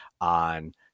on